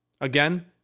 Again